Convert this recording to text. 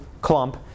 clump